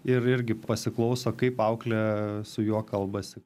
ir irgi pasiklauso kaip auklė su juo kalbasi